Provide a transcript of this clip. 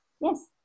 Yes